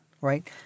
right